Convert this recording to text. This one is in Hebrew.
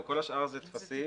כל השאר, אלה טפסים.